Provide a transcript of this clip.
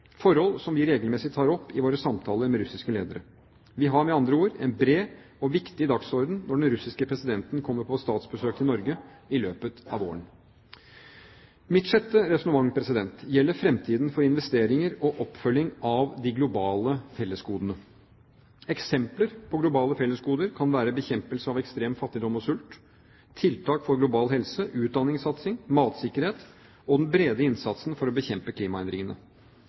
forhold som vi regelmessig tar opp i våre samtaler med russiske ledere. Vi har med andre ord en bred og viktig dagsorden når den russiske presidenten kommer på statsbesøk til Norge i løpet av våren. Mitt sjette resonnement gjelder fremtiden for investeringer og oppfølging av de globale fellesgodene. Eksempler på globale fellesgoder kan være bekjempelse av ekstrem fattigdom og sult, tiltak for global helse, utdanningssatsing, matsikkerhet og den brede innsatsen for å bekjempe klimaendringene.